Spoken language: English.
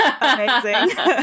amazing